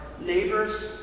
neighbors